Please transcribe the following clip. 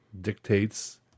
dictates